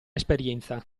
esperienza